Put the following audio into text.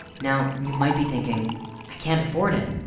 now you might be thinking i can't afford it.